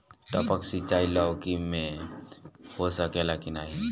टपक सिंचाई लौकी में हो सकेला की नाही?